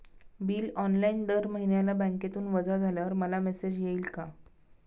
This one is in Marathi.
बिल ऑनलाइन दर महिन्याला बँकेतून वजा झाल्यावर मला मेसेज येईल का?